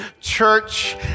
Church